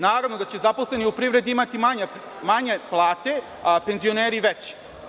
Naravno da će zaposleni u privredi imati manje plate, a penzioneri veće.